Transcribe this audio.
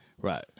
Right